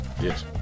Yes